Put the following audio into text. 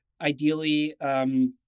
ideally